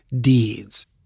deeds